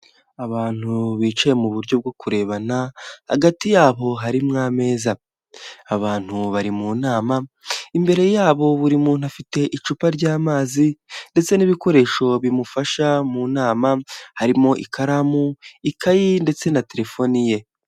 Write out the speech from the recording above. Abantu bicaye mu buryo bwo kurebana, hagati yabo harimo ameza, abantu bari mu nama imbere yabo buri muntu afite icupa ry'amazi, ndetse n'ibikoresho bimufasha mu nama harimo ikaramu ikayi ndetse na telefoni ye.